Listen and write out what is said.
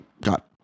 got